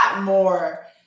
more